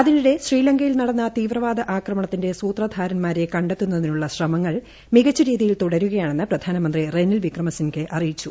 അതിനിടെ ശ്രീലങ്കയിൽ നടന്ന തീവ്രവാദ ആക്രമണത്തിന്റെ സൂത്രധാരൻമാരെ കണ്ടെത്തുന്നതിനുള്ള ശ്രമങ്ങൾ മികച്ച രീതിയിൽ തുടരുകയാണെന്ന് പ്രധാനമന്ത്രി റെനിൽ വിക്രമ സിൻഹേ അറിയിച്ചു